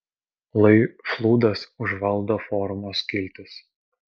lai flūdas užvaldo forumo skiltis